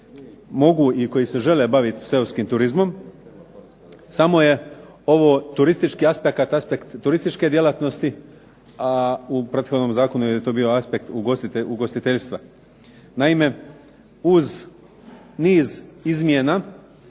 mogu i koji se žele baviti seoskim turizmom. Samo je ovo turistički aspekt, aspekt turističke djelatnosti, a u prethodnom zakonu je to bio aspekt ugostiteljstva. Naime, uz niz izmjena